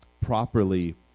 properly